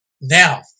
now